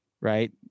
Right